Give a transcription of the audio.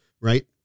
right